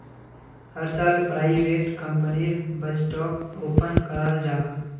हर साल प्राइवेट कंपनीर बजटोक ओपन कराल जाहा